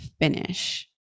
finish